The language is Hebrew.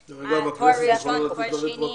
אפשר גם לתת את זה רטרואקטיבית,